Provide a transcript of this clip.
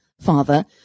father